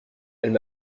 elles